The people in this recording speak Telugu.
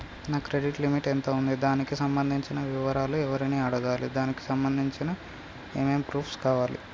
నా క్రెడిట్ లిమిట్ ఎంత ఉంది? దానికి సంబంధించిన వివరాలు ఎవరిని అడగాలి? దానికి సంబంధించిన ఏమేం ప్రూఫ్స్ కావాలి?